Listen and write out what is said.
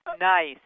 Nice